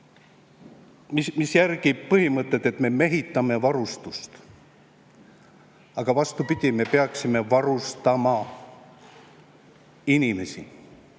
mis järgib põhimõtet, et me mehitame varustust. Aga vastupidi, me peaksime varustama inimesi.